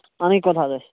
اَنٕنۍ کوٚت حظ اَسہِ